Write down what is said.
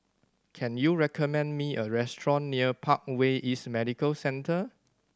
can you recommend me a restaurant near Parkway East Medical Centre